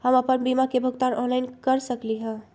हम अपन बीमा के भुगतान ऑनलाइन कर सकली ह?